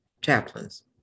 chaplains